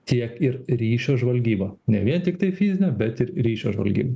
tiek ir ryšio žvalgybą ne vien tiktai fizinę bet ir ryšio žvalgybą